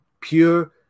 pure